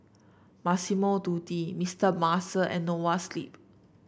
Massimo Dutti Mister Muscle and Noa Sleep